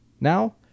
Now